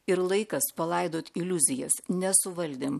ir laikas palaidot iliuzijas nesuvaldėm